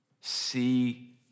see